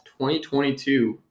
2022